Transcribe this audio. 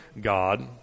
God